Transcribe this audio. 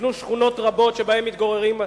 נבנו שכונות רבות שבהן מתגוררים,